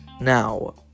Now